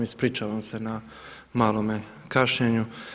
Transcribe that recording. Ispričavam se na malome kašnjenju.